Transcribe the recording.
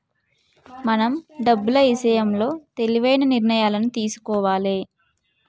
మనం డబ్బులు ఇషయంలో తెలివైన నిర్ణయాలను తీసుకోవాలే